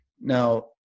Now